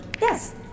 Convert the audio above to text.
Yes